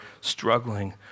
struggling